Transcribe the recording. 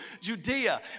Judea